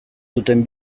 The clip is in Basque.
duten